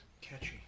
Catchy